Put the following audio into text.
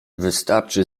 wystarczy